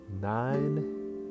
nine